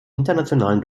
internationalen